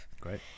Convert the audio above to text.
great